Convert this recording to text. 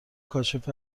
کاشف